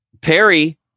Perry